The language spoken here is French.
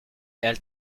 elle